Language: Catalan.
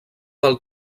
del